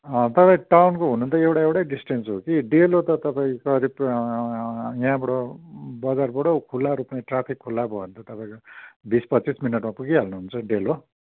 तर टाउनको हुनु त एउटा एउटै डिस्ट्यान्स हो कि डेलो त तपाईँ करीब यहाँबाट बजारबाट खुल्ला रूपमा ट्राफिक खुल्ला भयो भने त तपाईँको बिस पच्चिस मिनटमा पुगिहाल्नुहुन्छ डेलो